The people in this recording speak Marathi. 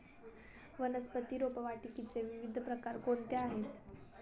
वनस्पती रोपवाटिकेचे विविध प्रकार कोणते आहेत?